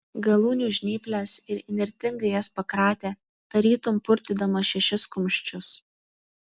galūnių žnyples ir įnirtingai jas pakratė tarytum purtydamas šešis kumščius